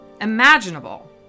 imaginable